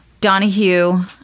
Donahue